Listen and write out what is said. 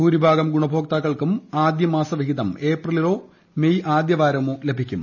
ഭൂരിഭാഗം ഗുണഭോക്താക്കൾക്കും ആദ്യമാസ വിഹിതം ഏപ്രിലിലോ മെയ് ആദ്യവാരമോ ലഭിക്കും